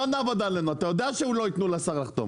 לא נעבוד עלינו אתה יודע שלא יתנו לשר לחתום.